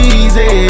easy